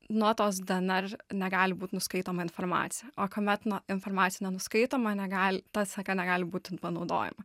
nuo tos dnr negali būt nuskaitoma informacija o kuomet nuo informacija nenuskaitoma negal ta seka negali būti panaudojama